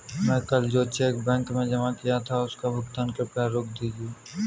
मैं कल जो चेक बैंक में जमा किया था उसका भुगतान कृपया रोक दीजिए